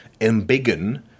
embiggen